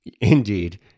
Indeed